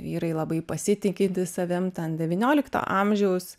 vyrai labai pasitikintys savim ten devyniolikto amžiaus